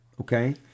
okay